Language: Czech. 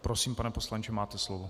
Prosím, pane poslanče, máte slovo.